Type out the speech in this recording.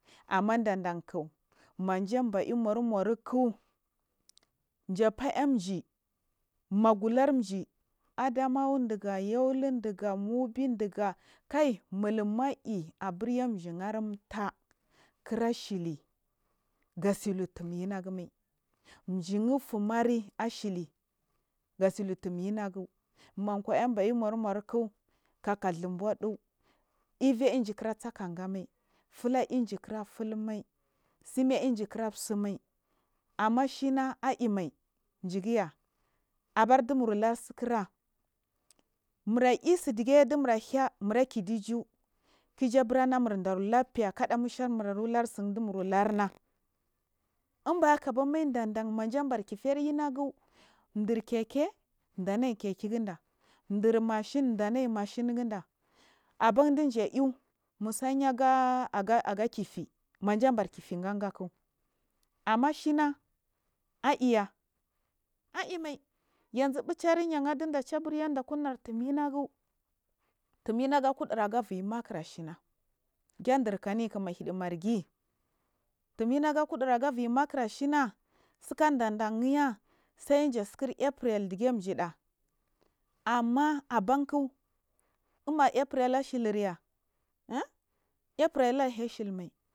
Amma dan darki majabaya umo numor ku jafa ayajilmuguhul adimawa diga, yola diga, mubi diga kay mulmu i aburyati aumta kira shili girsi kutum yinagumai ɗim unfaimari ashi ligatsin har tum yinagu ma kwai ambaya umommuroki kaka dhin boɗu eveiy dindi kira tsag kangama fhyai dinji kira flunmai. Tsimi i dingikira tsimai amma a a shina aimaiy jigiya abar dumuralur tsikura mur usu dige dimura haing nuira kidi iju, kujabura munur darlate kada musharmu hartsi dimura hama inbahakaba dandam majabar yina gudur kekiy danaiy kek ghinda dur machine dana machine gunda aben dija awu mutsayi aga aga kife maja berkifi, kifigan gaki ama’a shina aiya, aimaiyen, yanzuɓeceri fluiyar ya’ahida kuina tuny yinagu tumyuna kudin aga urena kir ashina gan dirki mink mahidumur margi tsaka dan dhan yatsay da tsaka aifunel amma aber. Ku umar aifure ashihirya hun a fure ahang shili mu.